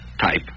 type